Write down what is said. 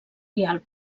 rialb